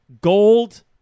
Gold